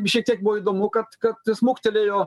šiek tiek buvo įdomu kad kad smuktelėjo